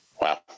Wow